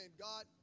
God